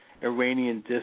Iranian